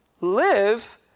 live